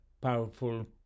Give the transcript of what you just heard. powerful